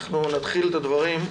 אנחנו נתחיל את הדברים.